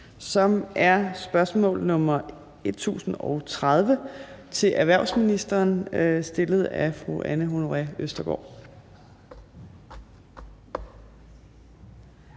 som er spørgsmål nr. S 1030 til erhvervsministeren stillet af fru Anne Honoré Østergaard.